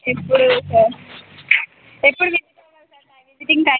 ఎప్పుడు సార్ ఎప్పుడు బిజీగా ఉన్నారు సార్ టైమిం విజిటింగ్ టైమింగ్స్